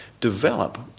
develop